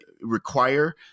require